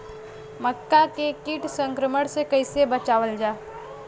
मक्का के कीट संक्रमण से कइसे बचावल जा?